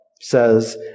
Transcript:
says